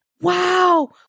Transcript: wow